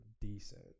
decent